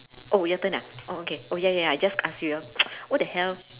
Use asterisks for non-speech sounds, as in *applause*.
oh your turn ah oh okay oh ya ya I just asked you hor *noise* what the hell